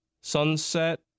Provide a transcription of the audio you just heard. sunset